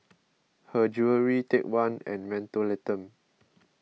Her Jewellery Take one and Mentholatum